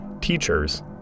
teachers